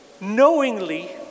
knowingly